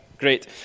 great